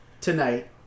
tonight